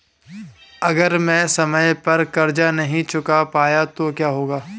अगर मैं समय पर कर्ज़ नहीं चुका पाया तो क्या होगा?